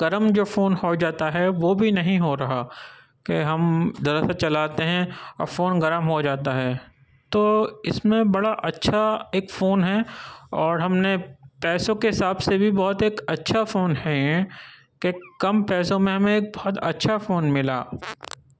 گرم جو فون ہو جاتا ہے وہ بھی نہیں ہو رہا کہ ہم ذرا سا چلاتے ہیں اور فون گرم ہو جاتا ہے تو اس میں بڑا اچھا ایک فون ہے اور ہم نے پیسوں کے حساب سے بھی بہت ایک اچھا فون ہیں کہ کم پیسوں میں ہمیں ایک بہت اچھا فون ملا